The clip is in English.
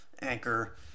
Anchor